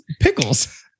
Pickles